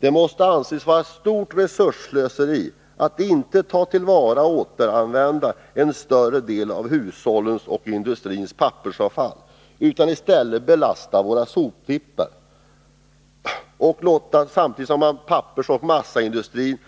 Det måste anses vara ett stort resursslöseri att inte ta till vara och återanvända en större del av hushållens och industrins pappersavfall, utan i stället belasta våra soptippar och samtidigt låta pappersoch massaindustrin